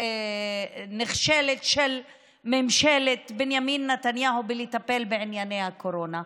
הכושלת של ממשלת בנימין נתניהו בטיפול בענייני הקורונה.